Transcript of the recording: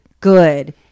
good